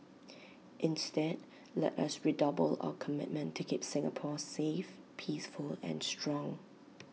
instead let us redouble our commitment keep Singapore safe peaceful and strong